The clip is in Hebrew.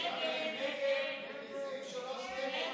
הבעיה: זה מחזיק מעמד שלושה ימים.